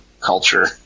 culture